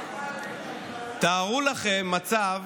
תארו לכם מצב